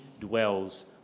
dwells